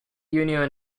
union